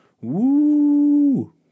woo